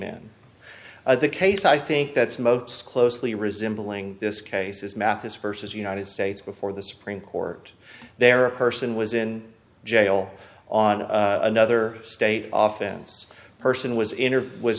in the case i think that's most closely resembling this case is mathis versus united states before the supreme court there are a person was in jail on another state oftens person was